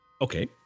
Okay